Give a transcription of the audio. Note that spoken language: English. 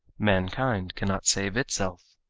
mankind cannot save itself.